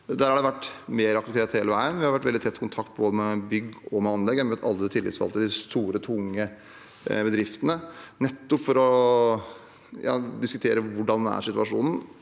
har det vært mer aktivitet hele veien. Vi har vært i veldig tett kontakt med både bygg og anlegg. Jeg har møtt alle de tillitsvalgte i de store, tunge bedriftene, nettopp for å diskutere hvordan situasjonen